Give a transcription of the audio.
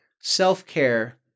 Self-care